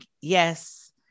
yes